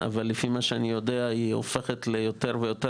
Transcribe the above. אבל לפי מה שאני יודע היא הופכת ליותר ויותר